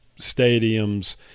stadiums